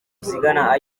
zigana